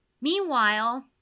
Meanwhile